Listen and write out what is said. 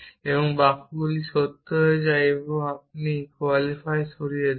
এবং বাক্যগুলো সত্য হয়ে যায় এবং আপনি quantify সরিয়ে দেন